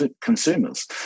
consumers